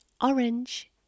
orange